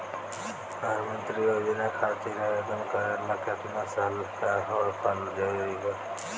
प्रधानमंत्री योजना खातिर आवेदन करे ला केतना साल क होखल जरूरी बा?